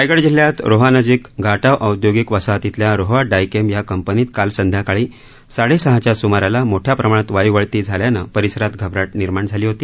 रायगड जिल्ह्यात रोहानजिक घाटाव औदयोगिक वसाहतीतल्या रोहा डायकेम या कंपनीत काल संध्याकाळी साडेसहाच्या सुमाराला मोठ्या प्रमाणात वायू गळती झाल्यानं परिसरात घबराट निर्माण झाली होती